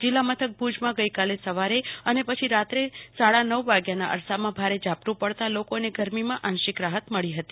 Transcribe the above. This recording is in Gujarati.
જિલ્લામથક ભુજમાં ગઈકાલે સવારે અન પછી રાત્રે સાડા નવ વાગ્યાના અરસામાં ભારે ઝાપટું પડતાં લોકોને ગરમીમાં આંશિક રાહત મળી હતી